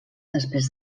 després